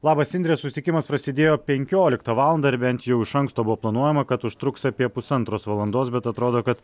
labas indre susitikimas prasidėjo penkioliktą valandą ir bent jau iš anksto buvo planuojama kad užtruks apie pusantros valandos bet atrodo kad